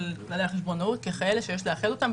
כללי החשבונאות ככאלה שיש לאחד אותם.